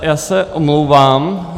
Já se omlouvám.